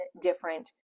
different